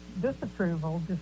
disapproval